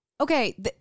Okay